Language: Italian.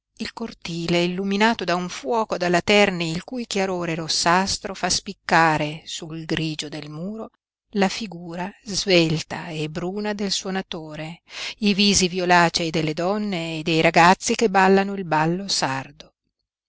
il cortile illuminato da un fuoco d'alaterni il cui chiarore rossastro fa spiccare sul grigio del muro la figura svelta e bruna del suonatore i visi violacei delle donne e dei ragazzi che ballano il ballo sardo